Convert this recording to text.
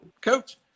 Coach